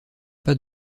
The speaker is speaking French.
pas